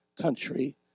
country